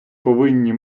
повинні